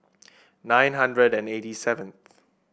nine hundred and eighty seven